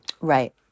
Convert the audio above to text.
Right